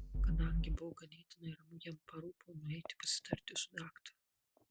kadangi buvo ganėtinai ramu jam parūpo nueiti pasitarti su daktaru